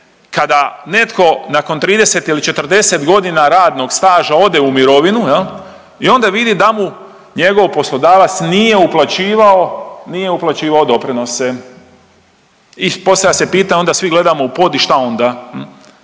kada netko nakon 30 ili 40 godina radnog staža ode u mirovinu i onda vidi da mu njegov poslodavac nije uplaćivao doprinose i postavlja se pitanje i onda svi gledamo u pod i šta onda